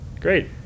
Great